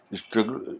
struggle